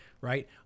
right